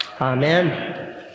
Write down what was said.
Amen